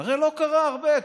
הרי לא קרה הרבה.